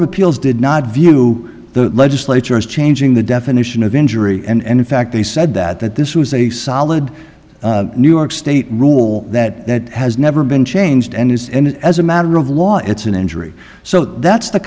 of appeals did not view the legislature as changing the definition of injury and in fact they said that that this was a solid new york state rule that that has never been changed and is as a matter of law it's an injury so that's the